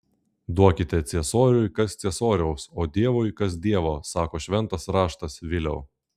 duokite ciesoriui kas ciesoriaus o dievui kas dievo sako šventas raštas viliau